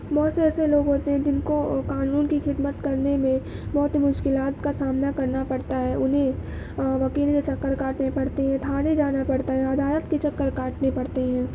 بہت سے ایسے لوگ ہوتے ہیں جن کو قانون کی خدمت کرنے میں بہت مشکلات کا سامنا کرنا پڑتا ہے انہیں وکیل کے چکر کاٹنے پڑتے ہیں تھانے جانا پڑتا ہے عدالت کے چکر کاٹنے پڑتے ہیں